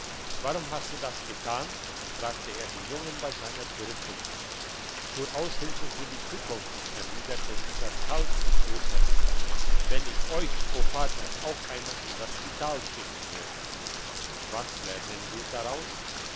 warum hast du das getan fragte er den jungen bei seiner zurückkunft zur aushilfe für die zukunft erwiderte dieser kalt und bösherzig wenn ich euch o vater auch einmal in das spital schicken werde was lernen wir daraus